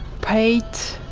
paid